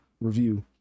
review